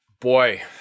Boy